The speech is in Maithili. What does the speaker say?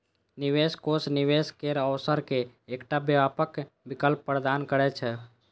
निवेश कोष निवेश केर अवसर के एकटा व्यापक विकल्प प्रदान करै छै